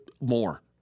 more